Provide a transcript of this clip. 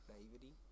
naivety